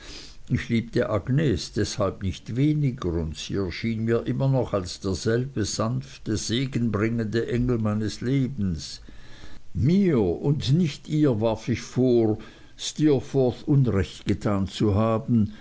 ich liebte agnes deshalb nicht weniger und sie erschien mir immer noch als derselbe sanfte segenbringende engel meines lebens mir und nicht ihr warf ich vor steerforth unrecht getan zu haben